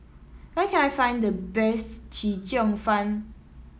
where can I find the best Chee Cheong Fun